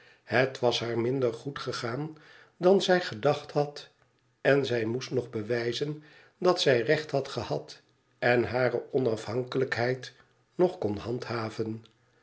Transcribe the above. het was haar minder goed gegaan dan zij gedacht had en zij moest nog bewijzen dat zij recht had gehad en hare onafhankelijkheid nog kon handhaven